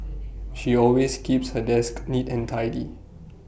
she always keeps her desk neat and tidy